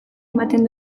ematen